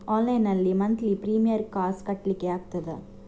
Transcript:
Online ನಲ್ಲಿ monthly premier ಕಾಸ್ ಕಟ್ಲಿಕ್ಕೆ ಆಗ್ತದಾ?